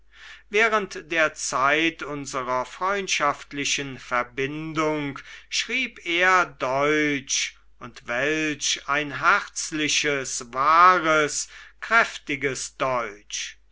während der zeit unserer freundschaftlichen verbindung schrieb er deutsch und welch ein herzliches wahres kräftiges deutsch